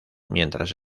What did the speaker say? mientras